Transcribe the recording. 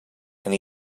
and